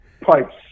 Pipes